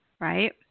right